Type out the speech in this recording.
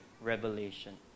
revelation